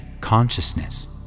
consciousness